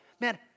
man